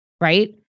right